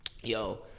Yo